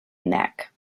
neck